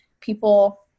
people